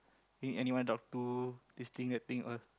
need anyone talk to this thing that thing all